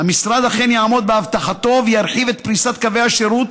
המשרד אכן יעמוד בהבטחתו וירחיב את פריסת קווי השירות